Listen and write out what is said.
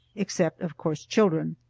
except, of course children.